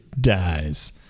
dies